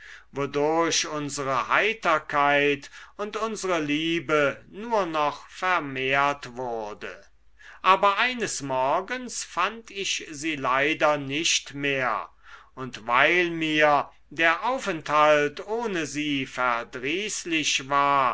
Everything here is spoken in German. unsere heiterkeit und unsere liebe nur noch vermehrt wurde aber eines morgens fand ich sie leider nicht mehr und weil mir der aufenthalt ohne sie verdrießlich war